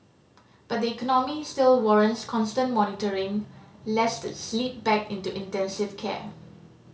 but the economy still warrants constant monitoring lest it slip back into intensive care